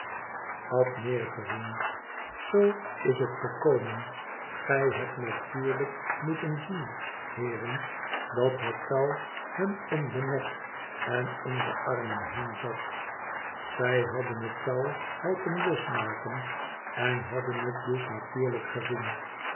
had neergegezien izoo is het gekomen gij hebt natuurlijk moeten zien heeren dat het touw hem m den nek en om de armen heen zat zij hadden het touw helpen losmaken en hadden het dus natuurlijk gezien